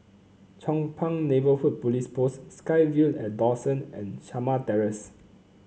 Chong Pang Neighbourhood Police Post SkyVille At Dawson and Shamah Terrace